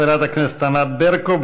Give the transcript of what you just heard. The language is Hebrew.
חברת הכנסת ענת ברקו,